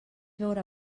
veure